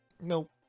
Nope